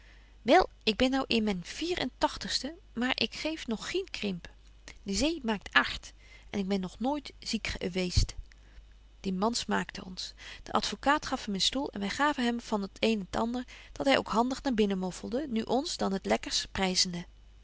wel ik ben nou in men vierentagtigste maer ik geef nog gien krimp de zee maekt ard en ik ben nog nooit ziek eweest die man smaakte ons de advocaat gaf hem een stoel en wy gaven hem wat van t een en t ander dat hy ook handig naar binnen moffelde nu ons dan het lekkers